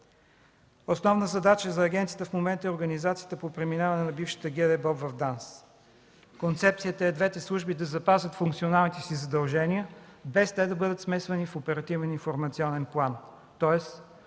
Основна задача за агенцията в момента е организацията по преминаване на бившата ГДБОП в ДАНС. Концепцията е двете служби да запазят функционалните си задължения, без те да бъдат смесвани в оперативен информационен план, тоест